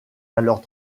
alors